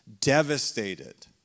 devastated